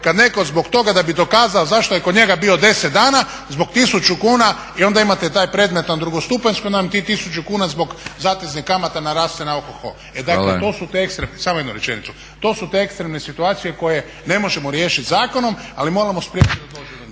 kad netko zbog toga da bi dokazao zašto je kod njega bio deset dana zbog tisuću kuna, i onda imate taj predmet na drugostupanjskom, onda vam tih tisuću kuna zbog zatezne kamate naraste na oho ho. E dakle, to su te ekstremne situacije koje ne možemo riješiti zakonom, ali moramo spriječiti da dođe do njih.